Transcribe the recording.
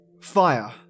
fire